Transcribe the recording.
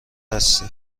هستی